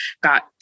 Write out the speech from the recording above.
got